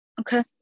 Okay